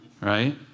Right